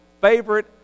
favorite